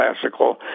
classical